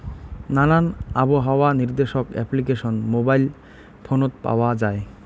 নানান আবহাওয়া নির্দেশক অ্যাপ্লিকেশন মোবাইল ফোনত পাওয়া যায়